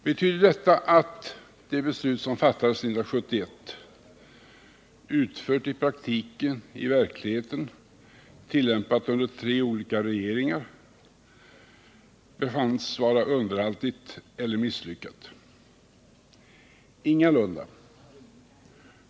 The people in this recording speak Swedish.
Betyder detta att det beslut som fattades 1971, utfört i praktiken och i verkligheten och tillämpat under tre olika regeringar, befunnits vara underhaltigt eller misslyckat? Ingalunda!